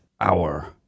hour